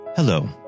Hello